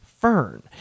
Fern